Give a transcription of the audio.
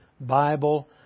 Bible